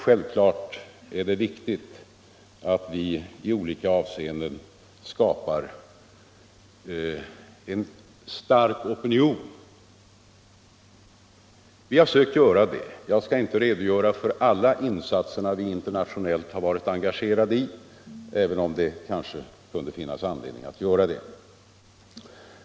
Självfallet är det också viktigt att vi skapar en stark opinion i olika avseenden. Vi har sökt göra det. Jag skall inte redogöra för alla de insatser som vi varit engagerade i internationellt, även om det kunde finnas anledning att göra det.